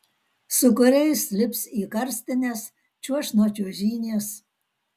su kuriais lips į karstines čiuoš nuo čiuožynės